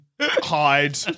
hide